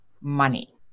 money